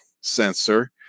sensor